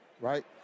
Right